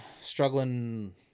struggling